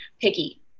picky